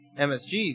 MSG's